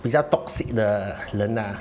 比较 toxic 的人啊